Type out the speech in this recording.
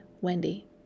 Wendy